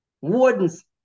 wardens